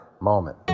moment